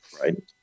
Right